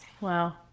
Wow